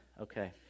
Okay